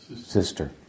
sister